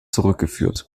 zurückgeführt